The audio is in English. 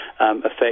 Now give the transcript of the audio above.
effect